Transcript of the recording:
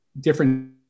different